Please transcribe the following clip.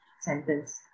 sentence